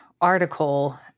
article